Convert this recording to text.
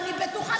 אמר: אני מוכן,